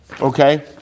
okay